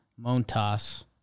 Montas